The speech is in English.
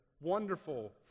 wonderful